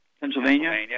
Pennsylvania